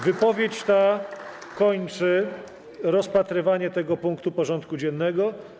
Wypowiedź ta kończy rozpatrywanie tego punktu porządku dziennego.